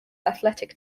athletic